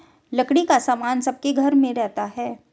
लकड़ी का सामान सबके घर में रहता है